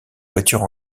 voiture